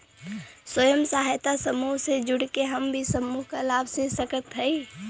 स्वयं सहायता समूह से जुड़ के हम भी समूह क लाभ ले सकत हई?